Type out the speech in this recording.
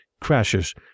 crashes